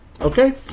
Okay